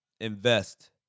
invest